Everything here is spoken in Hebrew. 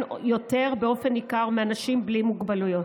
יותר באופן ניכר משל אנשים בלי מוגבלויות.